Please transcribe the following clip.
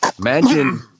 Imagine